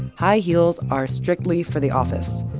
high heels are strictly for the office.